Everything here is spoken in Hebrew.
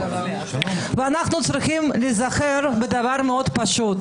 ואנחנו צריכים להיזכר בדבר מאוד פשוט.